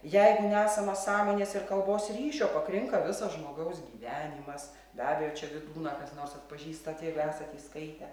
jeigu nesama sąmonės ir kalbos ryšio pakrinka visas žmogaus gyvenimas be abejo čia vydūną kas nors atpažįstat jeigu esat jį skaitę